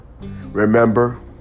Remember